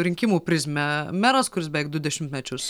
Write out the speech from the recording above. rinkimų prizmę meras kuris beveik du dešimtmečius